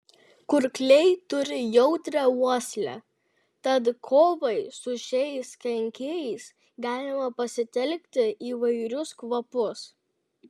kurkliai turi jautrią uoslę tad kovai su šiais kenkėjais galima pasitelkti įvairius kvapus